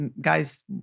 guys